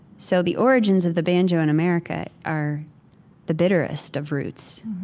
so the origins of the banjo in america are the bitterest of roots